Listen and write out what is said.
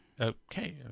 Okay